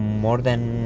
more than